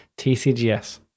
TCGS